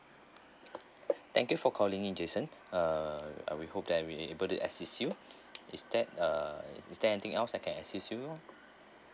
thank you for calling in jason uh ah we hope that we able to assist you is that uh is there anything else I can assist you